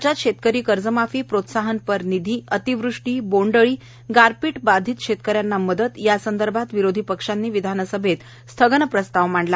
राज्यात शेतकरी कर्जमाफी प्रोत्साहनपर निधी अतिवृष्टी बोंडअळी गारपीट बाधित शेतकऱ्यांना मदत यासंदर्भात विरोधी पक्षांनी विधानसभेत स्थगन प्रस्ताव मांडला